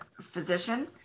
physician